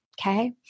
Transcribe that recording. Okay